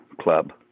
club